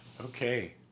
Okay